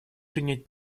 принять